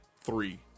three